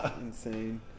insane